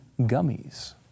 gummies